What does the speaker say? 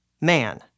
Man